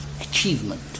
achievement